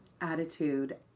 attitude